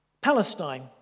Palestine